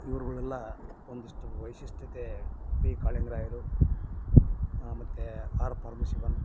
ಇವರುಗಳೆಲ್ಲ ಒಂದಿಷ್ಟು ವಿಶಿಷ್ಟತೆ ಪಿ ಕಾಳಿಂಗ್ ರಾಯರು ಮತ್ತು ಆರ್ ಪರಮಶಿವನ್